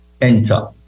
enter